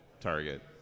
target